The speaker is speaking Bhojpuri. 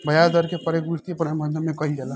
ब्याज दर के प्रयोग वित्तीय प्रबंधन में कईल जाला